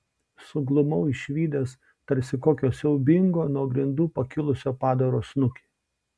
suglumau išvydęs tarsi kokio siaubingo nuo grindų pakilusio padaro snukį